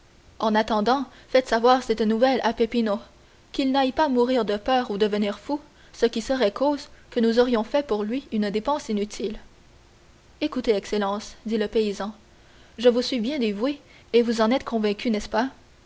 en attendant faites savoir cette nouvelle à peppino qu'il n'aille pas mourir de peur ou devenir fou ce qui serait cause que nous aurions fait pour lui une dépense inutile écoutez excellence dit le paysan je vous suis bien dévoué et vous en êtes convaincu n'est-ce pas